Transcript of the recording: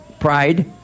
Pride